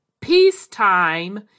peacetime